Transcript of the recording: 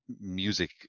music